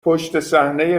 پشتصحنهی